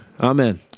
Amen